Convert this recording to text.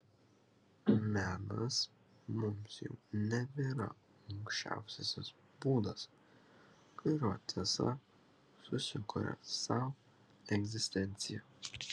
menas mums jau nebėra aukščiausiasis būdas kuriuo tiesa susikuria sau egzistenciją